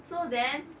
so then